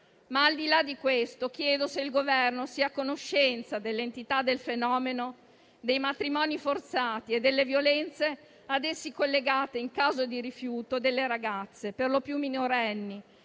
Al di là di questo, chiedo se il Governo sia a conoscenza dell'entità del fenomeno dei matrimoni forzati e delle violenze ad essi collegate in caso di rifiuto delle ragazze, per lo più minorenni,